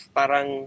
parang